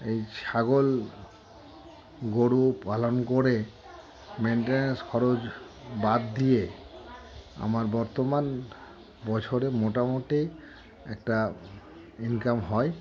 এই ছাগল গরু পালন করে মেনটেনেন্স খরচ বাদ দিয়ে আমার বর্তমান বছরে মোটামুটি একটা ইনকাম হয়